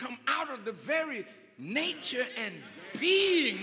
come out of the very nature and beeding